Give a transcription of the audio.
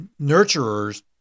nurturers